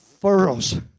furrows